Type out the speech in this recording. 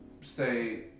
say